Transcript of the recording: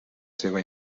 seva